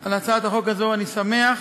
על הצעת החוק הזאת, ואני שמח